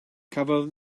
cafodd